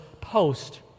post